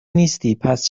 نیستی٬پس